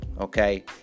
Okay